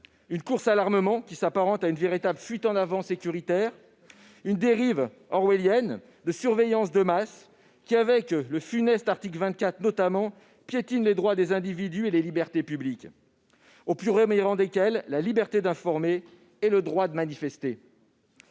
une course à l'armement qui s'apparente à une véritable fuite en avant sécuritaire, une dérive orwellienne de surveillance de masse, qui, avec le funeste article 24 notamment, piétine les droits des individus et les libertés publiques, au premier rang desquels la liberté d'informer et le droit de manifester.